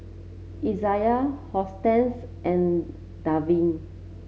Izayah Hortense and Davian